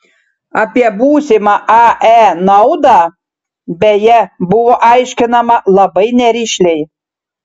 apie būsimą ae naudą beje buvo aiškinama labai nerišliai